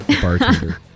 bartender